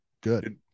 Good